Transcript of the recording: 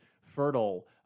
fertile